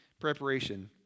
preparation